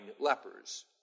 lepers